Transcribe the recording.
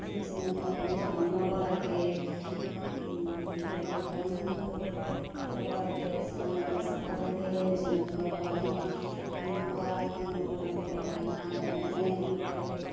মেচিনত ওলোৱা পোৱালি যতন ল'ব লাগে তাহাঁতৰ যতনো বহুত ল'ব লাগে সময়মতে চাব লাগে মেচিনত ওলোৱা পোৱালি খোৱা যতন ল'ব লাগে দানা টাইমে টাইমে দিব লাগে